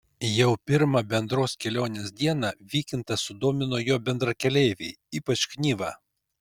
jau pirmą bendros kelionės dieną vykintą sudomino jo bendrakeleiviai ypač knyva